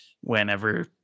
whenever